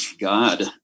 God